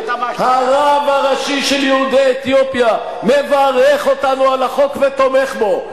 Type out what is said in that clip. הרב הראשי של יהודי אתיופיה מברך אותנו על החוק ותומך בו.